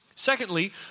Secondly